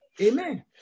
Amen